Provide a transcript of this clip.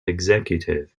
executive